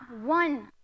one